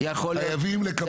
הם חייבים לקבל.